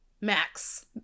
Max